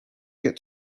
get